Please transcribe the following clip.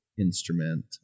instrument